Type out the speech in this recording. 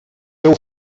teu